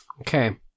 okay